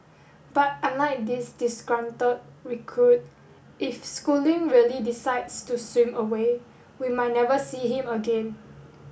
but unlike this disgruntled recruit if schooling really decides to swim away we might never see him again